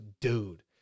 dude